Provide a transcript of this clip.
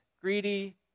greedy